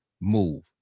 move